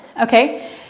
Okay